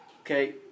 Okay